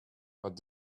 what